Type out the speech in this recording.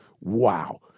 Wow